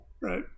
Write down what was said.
right